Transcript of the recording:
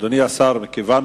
אדוני השר, מכיוון